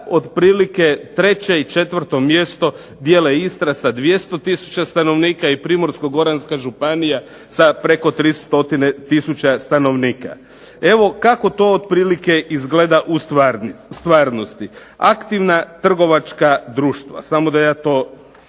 otprilike 3. i 4. mjesto dijele Istra sa 200 tisuća stanovnika i Primorsko-goranska županija sa preko 300 tisuća stanovnika. Evo kako to otprilike izgleda u stvarnosti. Aktivna trgovačka društva, samo da ja to